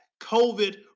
COVID